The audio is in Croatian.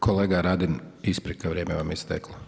Kolega Radin, isprika, vrijeme vam je isteklo.